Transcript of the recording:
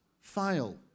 fail